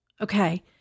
Okay